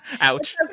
Ouch